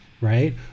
right